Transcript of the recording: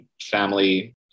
family